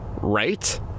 Right